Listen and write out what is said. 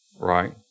Right